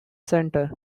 centre